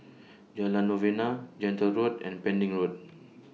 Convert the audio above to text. Jalan Novena Gentle Road and Pending Road